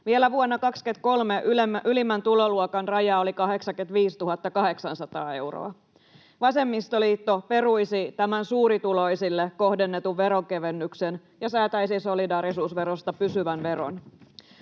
Vielä vuonna 23 ylimmän tuloluokan raja oli 85 800 euroa. Vasemmistoliitto peruisi tämän suurituloisille kohdennetun veronkevennyksen ja säätäisi solidaarisuusverosta pysyvän veron.